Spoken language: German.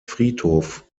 friedhof